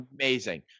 amazing